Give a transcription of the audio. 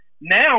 now